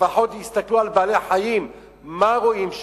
לפחות יסתכלו על בעלי-החיים, מה רואים שם?